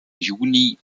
juni